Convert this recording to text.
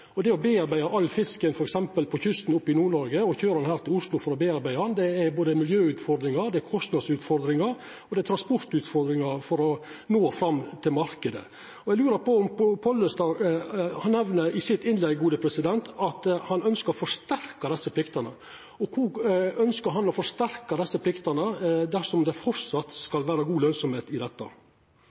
og det å foredla all fisken f.eks. på kysten i Nord-Noreg og køyra han heilt til Oslo for å foredla han inneber både miljøutfordringar, kostnadsutfordringar og transportutfordringar for å nå fram til marknaden. Eg lurer på: Pollestad nemner i innlegget sitt at han ønskjer å forsterka desse pliktene. Kvar ønskjer han å forsterka desse pliktene, dersom det framleis skal vera god lønsemd i dette?